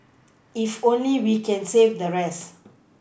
if only we can save the rest